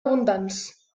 abundants